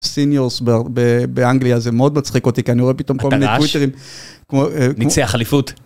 סיניורס באנגליה זה מאוד מצחיק אותי, כי אני רואה פתאום כל מיני טוויטרים כמו... ניצח אליפות.